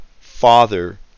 father